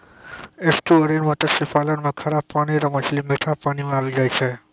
estuarine मत्स्य पालन मे खारा पानी रो मछली मीठा पानी मे आबी जाय छै